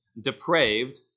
depraved